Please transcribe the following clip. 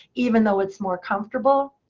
even though it's more comfortable.